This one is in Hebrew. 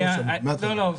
אז אני לא אגיד כלום